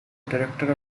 director